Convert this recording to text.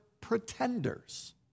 pretenders